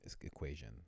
equation